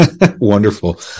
Wonderful